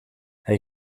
hij